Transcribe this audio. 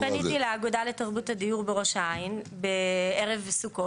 אני פניתי לאגודה לתרבות הדיור בראש העין בערב סוכות,